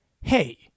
hey